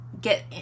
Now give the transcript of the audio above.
get